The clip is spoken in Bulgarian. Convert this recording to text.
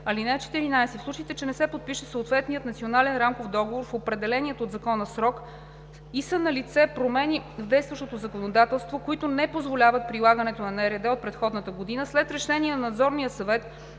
НРД. (14) В случай че не се подпише съответният Национален рамков договор в определения от закона срок и са налице промени в действащото законодателство, които не позволяват прилагането на НРД от предходната година, след решение на Надзорния съвет,